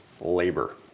labor